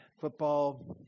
football